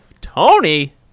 Tony